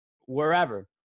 wherever